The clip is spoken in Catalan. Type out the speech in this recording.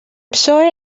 psoe